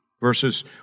verses